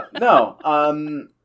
No